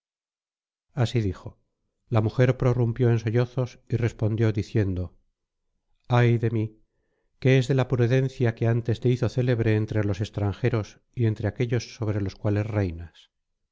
así dijo la mujer prorrumpió en sollozos y respondió diciendo ay de mí qué es de la prudencia que antes te hizo célebre entre los extranjeros y entre aquellos sobre los cuales reinas